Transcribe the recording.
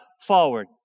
forward